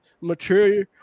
mature